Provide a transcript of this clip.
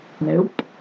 nope